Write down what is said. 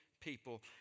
people